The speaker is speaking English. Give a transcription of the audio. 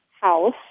house